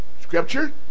scripture